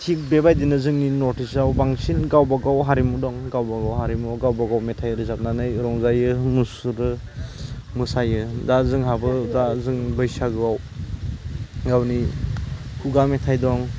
थिग बेबादिनो जोंनि नर्थ इस्ट आव बांसिन गावबागाव हारिमु दं गावबागाव हारिमु गावबागाव हारिमु मेथाइ रोजाबनानै रंजायो मुसुरो मोसायो दा जोंहाबो दा जों बैसागोआव गावनि खुगा मेथाइ दं